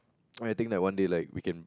I think like one day like we can